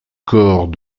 corps